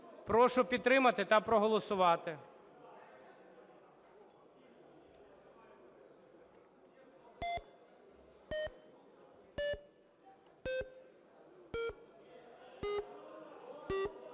Прошу підтримати та проголосувати.